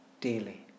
daily